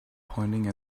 pointing